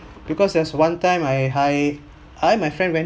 because there's one time I hi I my friend went